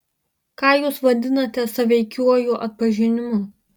ką jūs vadinate sąveikiuoju atpažinimu